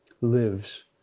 lives